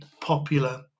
popular